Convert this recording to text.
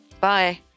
Bye